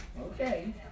Okay